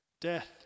Death